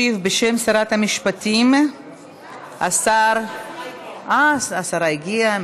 ישיב, בשם שרת המשפטים, השר, השרה הגיעה.